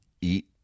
eat